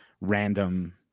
random